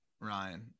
Ryan